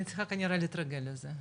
אני צריכה כנראה להתרגל לזה,